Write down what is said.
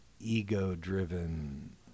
ego-driven